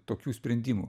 tokių sprendimų